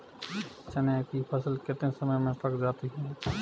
चने की फसल कितने समय में पक जाती है?